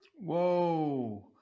Whoa